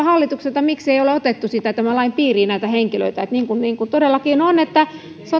hallitukselta miksei ole otettu lain piiriin näitä henkilöitä niin kuin niin kuin todellakin on että